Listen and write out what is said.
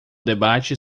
debate